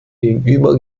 gegenüber